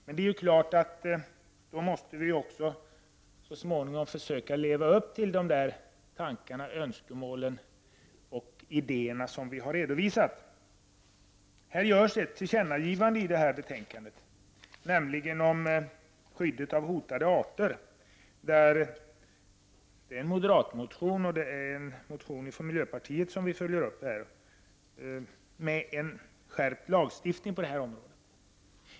Men då måste vi så småningom också försöka leva upp till de tankar, önskemål och idéer som vi har fört fram. I detta betänkande görs ett tillkännagivande om skyddet av hotade arter. Det är en moderatmotion och en miljöpartimotion som här följs upp med förslag om skärpning av lagstiftningen på detta område.